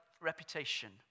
reputation